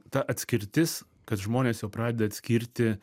ta atskirtis kad žmonės jau pradeda atskirti